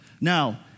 Now